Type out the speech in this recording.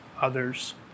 others